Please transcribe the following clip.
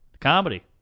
Comedy